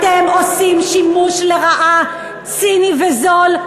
אתם עושים שימוש לרעה, ציני וזול.